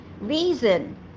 reason